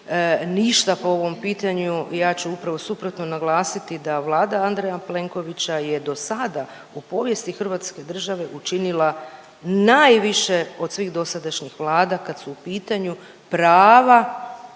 ništa po ovom pitanju. Ja ću upravo suprotno naglasiti da Vlada Andreja Plenkovića je do sada u povijesti Hrvatske države učinila najviše od svih dosadašnjih Vlada kad su u pitanju prava